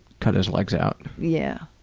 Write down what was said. cut his legs out. yeah.